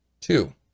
Two